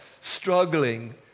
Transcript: struggling